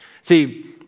See